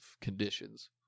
conditions